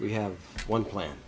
we have one plan